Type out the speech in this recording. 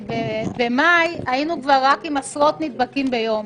במאי היינו רק עם עשרות נדבקים ביום,